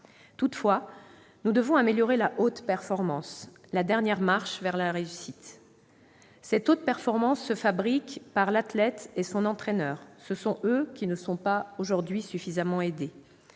Toutefois, nous devons améliorer la haute performance, la dernière marche vers la réussite. Cette haute performance se fabrique par l'athlète et son entraîneur. Ce sont eux qui ne sont pas, aujourd'hui, suffisamment aidés.